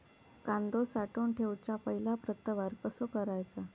कांदो साठवून ठेवुच्या पहिला प्रतवार कसो करायचा?